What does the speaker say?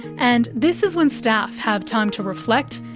and this is when staff have time to reflect,